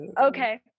Okay